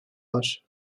var